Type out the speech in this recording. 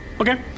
Okay